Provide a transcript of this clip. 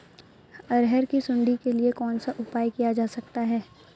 अरहर की सुंडी के लिए कौन सा उपाय किया जा सकता है?